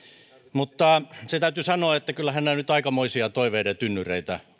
mutta se täytyy sanoa että kyllähän nämä nyt aikamoisia toiveiden tynnyreitä